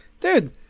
Dude